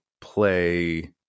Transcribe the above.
play